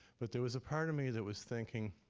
but there was a part of me that was thinking,